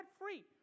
free